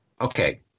Okay